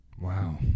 Wow